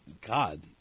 god